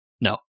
No